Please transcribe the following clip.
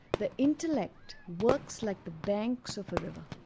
the intellect works like the banks of a river.